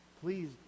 please